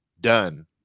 done